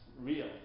real